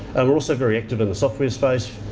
and we're also very active in the software space.